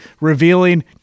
revealing